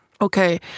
Okay